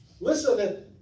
Listen